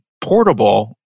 portable